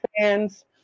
fans